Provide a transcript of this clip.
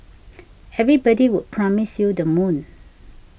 everybody would promise you the moon